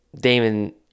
Damon